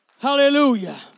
Hallelujah